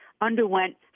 underwent